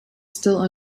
still